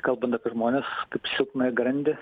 kalbant apie žmones kaip silpnąją grandį